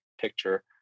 picture